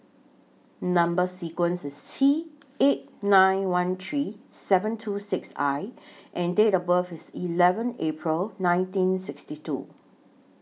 Number sequence IS T eight nine one three seven two six I and Date of birth IS eleven April nineteen sixty two